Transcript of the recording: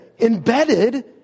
embedded